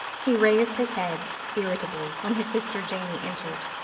he raised his head irritably when his sister janey entered,